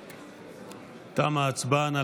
הכהן, בעד תמה ההצבעה.